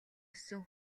өссөн